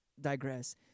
digress